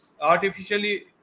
artificially